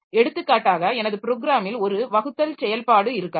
எடுத்துக்காட்டாக எனது ப்ரோகிராமில் ஒரு வகுத்தல் செயல்பாடு இருக்கலாம்